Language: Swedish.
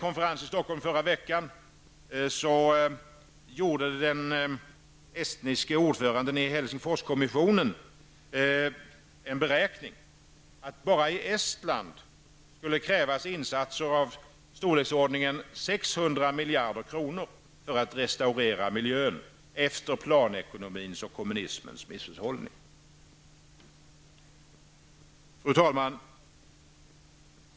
Helsingforskommissionens estniske ordförande gjorde för några dagar sedan i Stockholm beräkningen att det bara i Estland skulle krävas insatser i storleksordningen 600 miljarder kronor för att restaurera miljön efter planekonomins och kommunismens misshushållning. Fru talman!